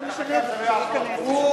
אמר יעקב כץ: אנחנו נשנה את זה כשהוא ייכנס.